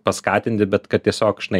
paskatinti bet kad tiesiog žinai